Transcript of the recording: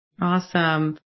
Awesome